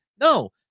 no